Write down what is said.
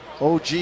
OG